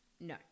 No